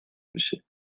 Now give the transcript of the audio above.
بشه